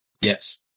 Yes